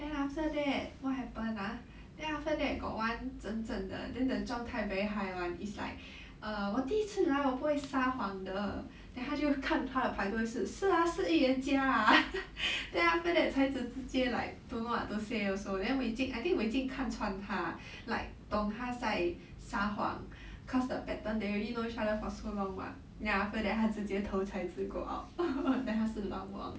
then after that what happen ah then after that got one 真正的 then the 状态 very high [one] is like err 我第一次来我不会撒谎的 then 他就看他的牌多一次是阿是 yu yan 家啊 then after that 孩子直接 like don't know what to say also then wei jing I think wei jing 看穿他 like 懂他在撒谎 cause the pattern they already know each other for so long [what] ya after that 他直接偷牌子 go out then 他死亡亡